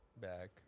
back